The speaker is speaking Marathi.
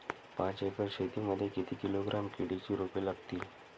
पाच एकर शेती मध्ये किती किलोग्रॅम केळीची रोपे लागतील?